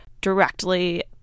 directly